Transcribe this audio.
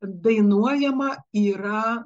dainuojama yra